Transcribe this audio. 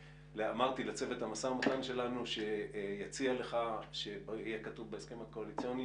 אמרתי לצוות המשא ומתן שלנו להציע לך שיהיה כתוב בהסכם הקואליציוני